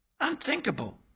Unthinkable